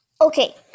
Okay